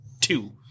two